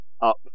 up